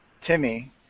Timmy